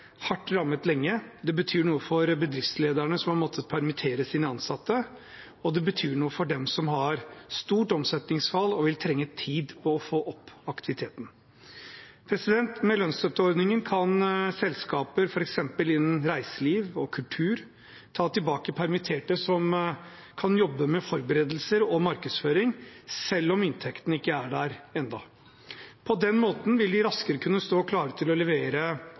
hardt rammet lenge, det betyr noe for bedriftslederne som har måttet permittere sine ansatte, og det betyr noe for dem som har stort omsetningsfall og vil trenge tid for å få opp aktiviteten. Med lønnsstøtteordningen kan selskaper f.eks. innen reiseliv og kultur ta tilbake permitterte som kan jobbe med forberedelser og markedsføring, selv om inntektene ikke er der ennå. På den måten vil de raskere kunne stå klare til å levere